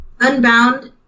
Unbound